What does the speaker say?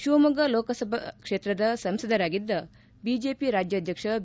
ಶಿವಮೊಗ್ಗ ಲೋಕಸಭಾ ಕೇತ್ರದ ಸಂಸದರಾಗಿದ್ದ ಬಿಜೆಪಿ ರಾಜ್ಯಾಧ್ವಕ್ಷ ಬಿ